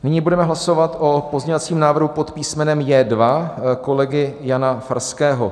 Nyní budeme hlasovat o pozměňovacího návrhu pod písmenem J2 kolegy Jana Farského.